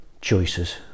choices